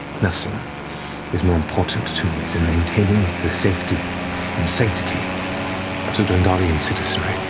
nothing is more important to me than maintaining the safety and sanctity of the dwendalian citizenry.